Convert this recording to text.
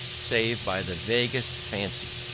save by the vaguest fancy,